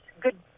good